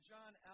John